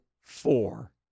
four –